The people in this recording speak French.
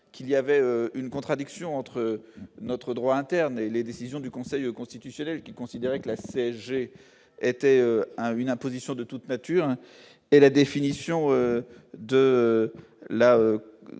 qu'il existait une contradiction entre, d'une part, notre droit interne et les décisions du Conseil constitutionnel, qui considérait que la CSG était une imposition de toute nature, et, d'autre part,